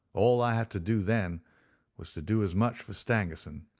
all i had to do then was to do as much for stangerson,